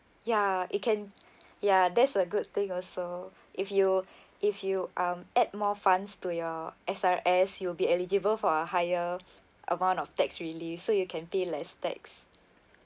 ya it can ya that's a good thing also if you if you um add more funds to your S_R_S you'll be eligible for a higher amount of tax relief so you can pay less tax